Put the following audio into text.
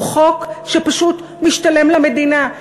הוא חוק שפשוט משתלם למדינה,